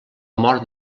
mort